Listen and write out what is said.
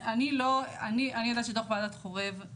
אני יודעת שדו"ח ועדת חורב,